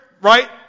right